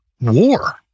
war